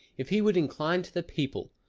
if he would incline to the people,